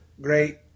great